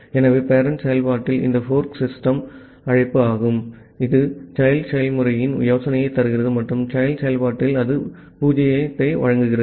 ஆகவே பேரெண்ட் செயல்பாட்டில் இந்த ஃபோர்க் சிஸ்டம் அழைப்பு இது child செயல்முறையின் யோசனையைத் தருகிறது மற்றும் childசெயல்பாட்டில் அது 0 ஐ வழங்குகிறது